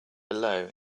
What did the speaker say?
below